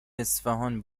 اصفهان